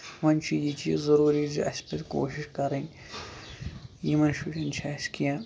وۄنۍ چھُ یہِ چیٖز ضروٗری زِ اَسہِ پَزِ کوٗشِش کَرٕنۍ یِمن شُرین چھِ اَسہِ کیٚنٛہہ